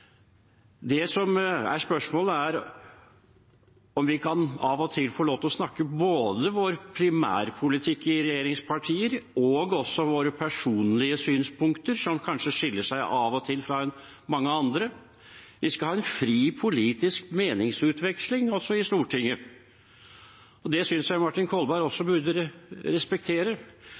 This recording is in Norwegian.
Det som er spørsmålet, er om vi av og til kan få lov til å snakke både om vår primærpolitikk i regjeringspartier og om våre personlige synspunkter, som av og til kanskje skiller seg fra mange andres. Vi skal ha en fri politisk meningsutveksling, også i Stortinget. Det synes jeg Martin Kolberg også burde respektere.